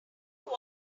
walk